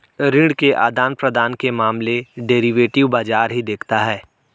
ऋण के आदान प्रदान के मामले डेरिवेटिव बाजार ही देखता है